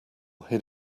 hid